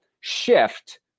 shift